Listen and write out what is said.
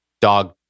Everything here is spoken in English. Dog